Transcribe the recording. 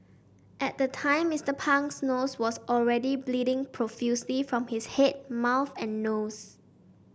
at the time Mister Pang's nose was already bleeding profusely from his head mouth and nose